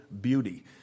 beauty